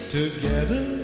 together